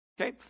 okay